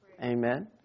Amen